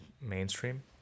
mainstream